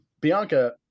Bianca